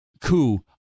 coup